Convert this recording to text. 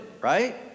right